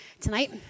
tonight